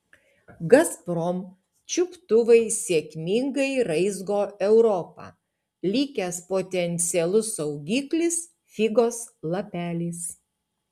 gazprom čiuptuvai sėkmingai raizgo europą likęs potencialus saugiklis figos lapelis